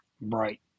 bright